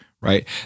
right